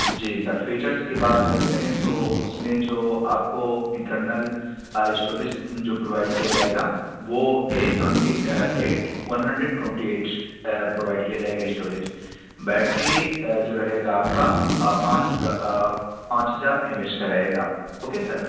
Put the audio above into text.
جی sir features کی بات اگر کریں تو اس میں جو آپ کو انٹرنل اسٹوریج جو پرووائڈ کیا جائے گا وہ eight twenty eight one hundred twenty eights provide کیا جائے گا اسٹوریج بیٹری جو رہے گا آپ کا پانچ ہزا پانچ ہزار ایم اے ایچ کا رہے گا اوکے سر